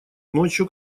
ночью